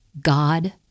God